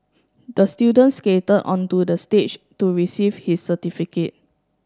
the student skated onto the stage to receive his certificate